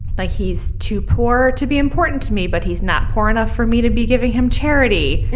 like he's too poor to be important to me, but he's not poor enough for me to be giving him charity.